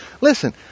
Listen